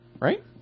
Right